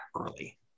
early